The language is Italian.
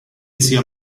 zia